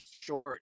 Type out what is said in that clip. short